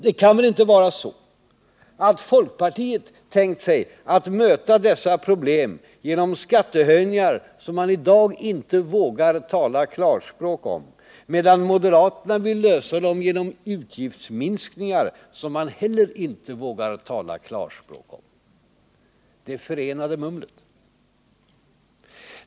Det kan väl inte vara så att folkpartiet tänkt sig att möta dessa problem genom skattehöjningar, som man i dag inte vågar tala klarspråk om, medan moderaterna vill lösa dem genom utgiftsminskningar, som man inte heller vågar tala klarspråk om. — Detta är det förenade mumlet.